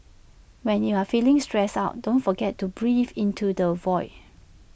when you are feeling stressed out don't forget to breathe into the void